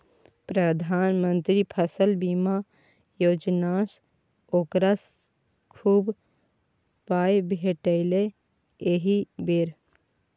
प्रधानमंत्री फसल बीमा योजनासँ ओकरा खूब पाय भेटलै एहि बेर